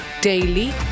daily